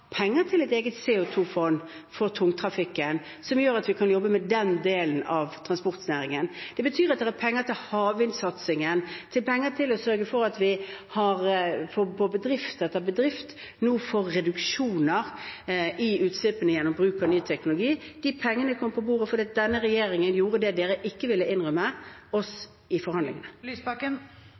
penger til et eget CO2-fond for tungtrafikken, som gjør at vi kan jobbe med den delen av transportnæringen. Det betyr at det er penger til havvindsatsingen og penger til å sørge for at bedrift etter bedrift nå får reduksjoner i utslippene gjennom bruk av ny teknologi. De pengene kom på bordet fordi denne regjeringen gjorde det den rød-grønne regjeringen ikke ville innrømme oss i forhandlingene. Audun Lysbakken